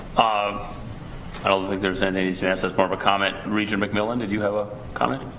um i don't think there's any answer, that's part of a comment. regent macmillan did you have a comment?